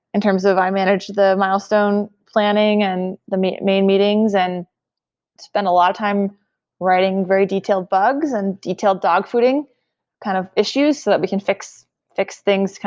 in terms of i manage the milestone planning and the main main meetings and spend a lot of time writing very detailed bugs and detailed dogfooding kind of issues, so that we can fix fix things,